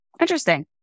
Interesting